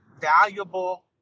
valuable